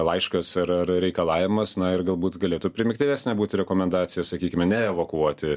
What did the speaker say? laiškas ar ar reikalavimas na ir galbūt galėtų primygtinesnė būti rekomendacija sakykime neevakuoti